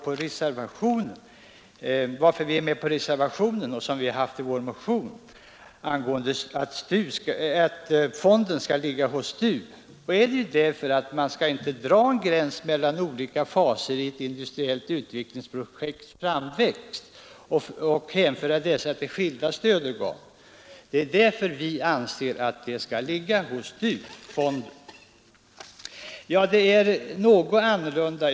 Anledningen till att vi — vilket framgår av reservationen 9 — krävt att fonden skall knytas till STU är att vi inte anser att man skall dra en gräns mellan olika faser i ett industriellt utvecklingsprojekts framväxt och hänföra dessa till särskilda stödorgan. Förhållandena är något annorlunda nu än tidigare.